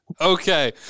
Okay